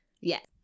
Yes